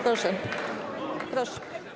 Proszę, proszę.